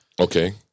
Okay